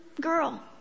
girl